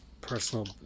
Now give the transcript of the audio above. personal